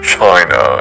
China